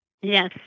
Yes